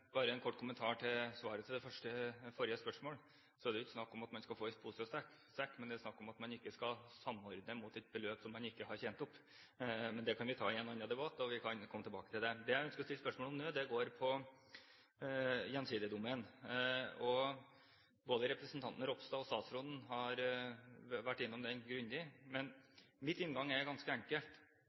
Bare en kort kommentar til svaret på det forrige spørsmålet: Det er ikke snakk om at man skal få i både pose og sekk, men det er snakk om at man ikke skal samordne mot et beløp som man ikke har tjent opp. Men det kan vi ta i en annen debatt, vi kan komme tilbake til det. Det jeg ønsker å stille spørsmål om nå, går på Gjensidige-dommen. Både representanten Ropstad og statsråden har vært innom den grundig. Min inngang er ganske